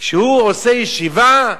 כשהוא עושה ישיבה,